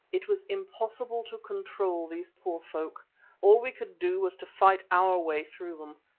it was impossible to control these poor folk all we could do was to fight our way through them.